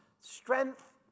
Strength